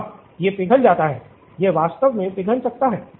हाँ यह पिघल जाता है यह वास्तव में पिघल सकता है